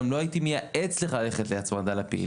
לא הייתי מייעץ לך ללכת להצמדה ל ---,